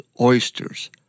oysters